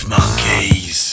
Monkeys